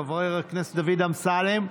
חבר הכנסת דוד אמסלם,